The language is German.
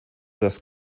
das